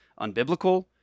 unbiblical